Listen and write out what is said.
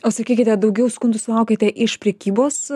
o sakykite daugiau skundų sulaukiate iš prekybos